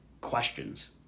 questions